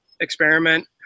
experiment